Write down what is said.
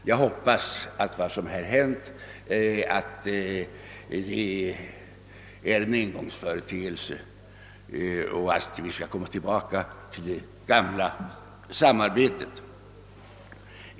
Jag hoppas att vad som nu hänt är en engångsföreteelse och att vi skall komma tillbaka till det gamla samarbetet.